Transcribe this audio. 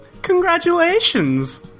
Congratulations